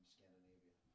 Scandinavia